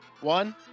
one